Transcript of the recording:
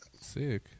Sick